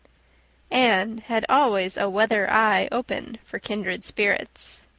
anne had always a weather eye open for kindred spirits.